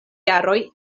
jaroj